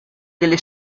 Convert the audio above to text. delle